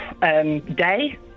Day